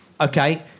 Okay